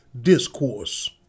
Discourse